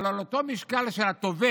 אבל על אותו משקל של הטובל